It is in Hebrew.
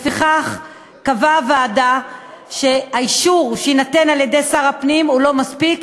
לפיכך קבעה הוועדה שהאישור שיינתן על-ידי שר הפנים אינו מספיק,